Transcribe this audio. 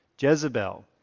Jezebel